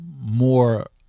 more